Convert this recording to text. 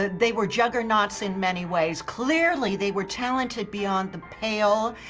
they were juggernauts in many ways. clearly, they were talented beyond the pale.